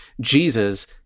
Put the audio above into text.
Jesus